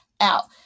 out